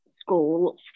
school